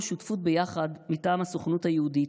"שותפות ביחד" מטעם הסוכנות היהודית,